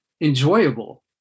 enjoyable